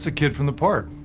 so kid from the park.